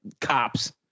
cops